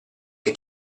che